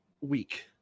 week